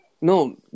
No